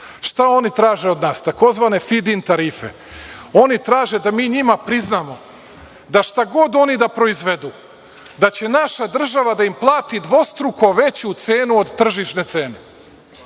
Šta oni traže od nas? Takozvane fidin tarife. Oni traže da mi njima priznamo da šta god proizvedu da će naša država da im plati dvostruko veću cenu od tržišne cene.